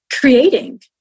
creating